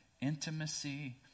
intimacy